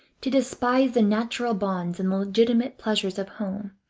to despise the natural bonds and legitimate pleasures of home,